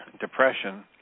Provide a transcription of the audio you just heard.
depression